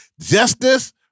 justice